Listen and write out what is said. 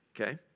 Okay